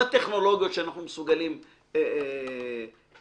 בטכנולוגיות שאנחנו מסוגלים לייצר.